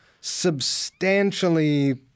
Substantially